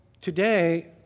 today